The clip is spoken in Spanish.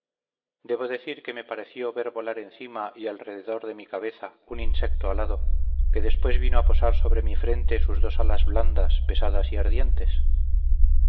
debo decir que me pareció ver volar encima y alrededor de mi cabeza un insecto alado que después vino a posar sobre mi frente sus dos alas blandas pesadas y ardientes